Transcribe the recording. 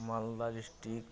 Malda district